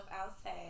outside